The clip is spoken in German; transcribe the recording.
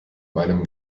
meinem